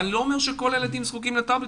ואני לא אומר שכל הילדים זקוקים לטאבלטים,